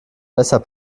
besser